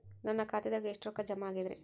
ನನ್ನ ಖಾತೆದಾಗ ಎಷ್ಟ ರೊಕ್ಕಾ ಜಮಾ ಆಗೇದ್ರಿ?